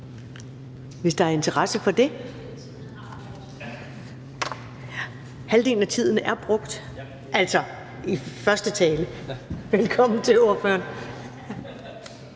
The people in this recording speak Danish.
hvis der er interesse for det. Halvdelen af tiden er brugt i første tale. Velkommen til ordføreren.